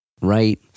Right